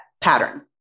pattern